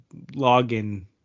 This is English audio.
login